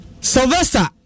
sylvester